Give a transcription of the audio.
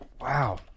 Wow